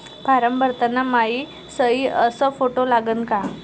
Form भरताना मायी सयी अस फोटो लागन का?